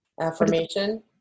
affirmation